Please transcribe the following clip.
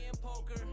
poker